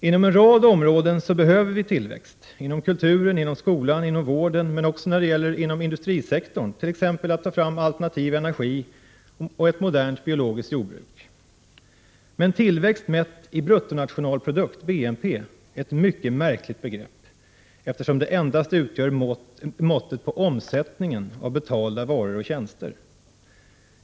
Inom en rad områden behöver vi tillväxt: inom kulturen, inom skolan, inom vården men också inom industrisektorn, t.ex. för att ta fram alternativ energi och ett modernt biologiskt jordbruk. Men tillväxt mätt i bruttonationalprodukt, BNP, är ett mycket märkligt begrepp, eftersom det endast utgör mått på omsättningen av betalda varor och tjänster.